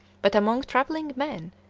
but among travelling men,